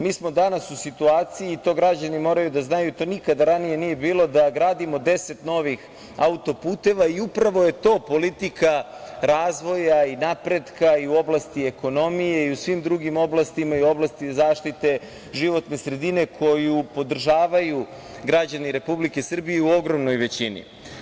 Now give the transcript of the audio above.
Mi smo danas u situaciji, i to građani moraju da znaju, to nikada ranije nije bilo, da gradimo 10 novih autoputeva i upravo je to politika razvoja i napretka i u oblasti ekonomije i u svim drugim oblastima i u oblasti zaštite životne sredine koju podržavaju građani Republike Srbije u ogromnoj većini.